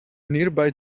nearby